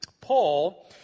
Paul